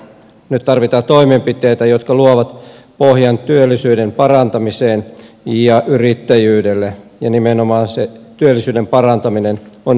nyt tarvitaan toimenpiteitä jotka luovat pohjan työllisyyden parantamiselle ja yrittäjyydelle ja nimenomaan se työllisyyden parantaminen on ykkösasia